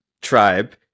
Tribe